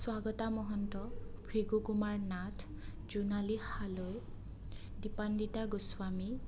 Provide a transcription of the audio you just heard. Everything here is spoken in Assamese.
স্বাগতা মহন্ত ভৃগু কুমাৰ নাথ জোনালী হালৈ দিপান্দিতা গোস্বামী